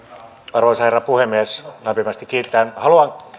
arvoisa herra puhemies lämpimästi kiittäen haluan